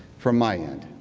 from my end.